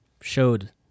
showed